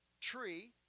tree